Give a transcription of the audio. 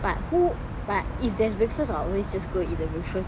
but who but if there's breakfast I will always just go eat the breakafast